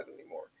anymore